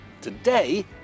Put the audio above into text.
Today